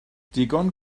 digon